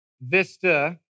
vista